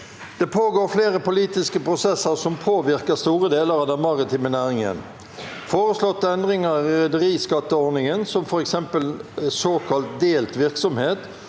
«Det pågår flere politiske prosesser som påvirker store deler av den maritime næringen. Foreslåtte endrin- ger i rederiskatteordningen, som for eksempel såkalt delt virksomhet